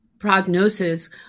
prognosis